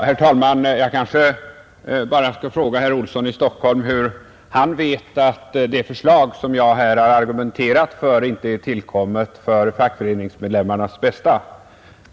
Herr talman! Jag vill fråga herr Olsson i Stockholm hur han vet att det förslag som jag har argumenterat för inte är tillkommet för fackföreningsmedlemmarnas bästa.